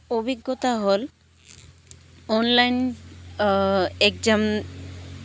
অভিজ্ঞতা হ'ল online exam